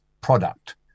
product